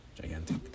gigantic